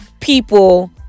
people